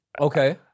Okay